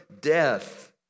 death